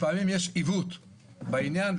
לפעמים יש עיוות בעניין,